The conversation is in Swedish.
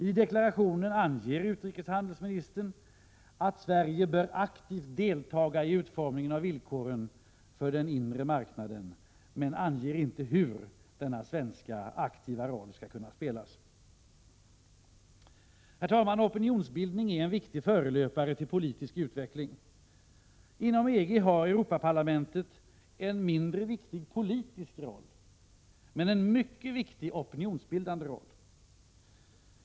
I deklarationen anger utrikeshandelsministern att Sverige bör aktivt delta i utformningen av villkoren för den inre marknaden, men hon anger inte hur denna svenska aktiva roll skall kunna spelas. Herr talman! Opinionsbildning är en viktig förelöpare till politisk utveckling. Inom EG har Europaparlamentet en mindre viktig politisk roll men en mycket viktig opinionsbildande roll.